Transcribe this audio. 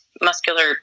muscular